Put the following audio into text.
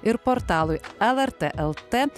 ir portalui lrt lt